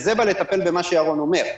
וזה בא לטפל במה שירון אומר.